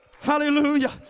Hallelujah